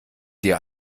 dir